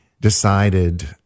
decided